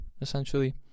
essentially